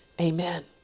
Amen